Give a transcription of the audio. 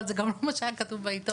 אבל זה גם לא מה שהיה כתוב בעיתון.